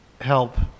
help